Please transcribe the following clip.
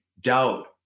doubt